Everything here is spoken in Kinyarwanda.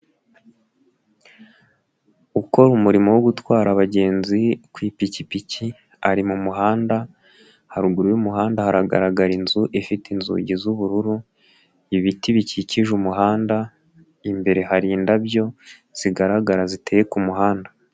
Ukora umurimo wo gutwara abagenzi ku ipikipiki ari mu muhanda, haruguru y'umuhanda hagaragara inzu ifite inzugi z'ubururu, ibiti bikikije umuhanda, imbere hari indabyo zigaragara ziteye ku muhanda.